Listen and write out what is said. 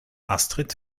astrid